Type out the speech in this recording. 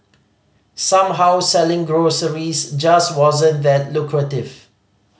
somehow selling groceries just wasn't that lucrative